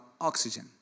oxygen